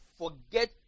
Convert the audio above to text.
forget